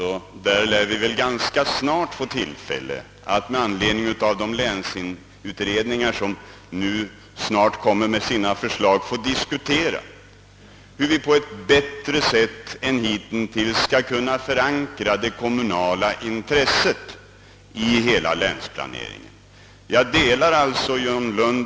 Vi lär ganska snart få tillfälle att diskutera hur vi på ett bättre sätt än hittills skall kunna förankra det kommunala intresset i hela länsplaneringen, eftersom <länsutredningarna snart kommer med sina förslag.